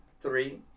three